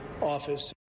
office